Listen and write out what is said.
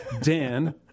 dan